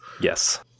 Yes